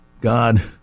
God